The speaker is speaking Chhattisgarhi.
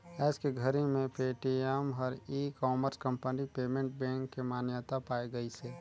आयज के घरी मे पेटीएम हर e commerce company payment bank के मान्यता पाए गइसे